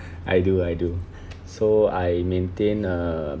I do I do so I maintain err